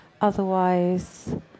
otherwise